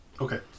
Okay